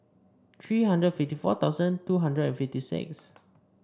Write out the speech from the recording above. three hundred fifty four thousand two hundred and fifty six